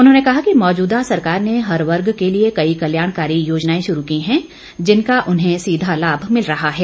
उन्होंने कहा कि मौजूदा सरकार ने हर वर्ग के लिए कई कल्याणकारी योजनाएं श्रू की हैं जिनका उन्हें सीधा लाभ मिल रहा है